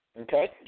Okay